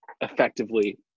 effectively